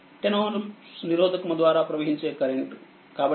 7వోల్ట్ మరియుVb10i10Ω10Ω నిరోధకము ద్వారా ప్రవహించే కరెంట్ కాబట్టి 104